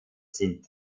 sind